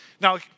Now